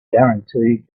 guaranteed